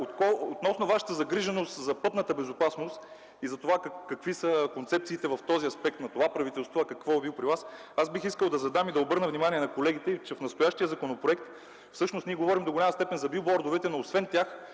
Относно Вашата загриженост за пътната безопасност и за това какви са концепциите в този аспект на това правителство, а какво било при Вас, бих искал да обърна внимание на колегите, че в настоящия законопроект всъщност ние говорим до голяма степен за билбордовете, но освен тях,